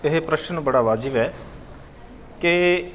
ਇਹ ਪ੍ਰਸ਼ਨ ਬੜਾ ਵਾਜਿਬ ਹੈ ਕਿ